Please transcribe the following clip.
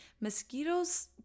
Mosquitoes